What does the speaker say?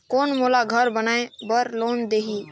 कौन मोला घर बनाय बार लोन देही?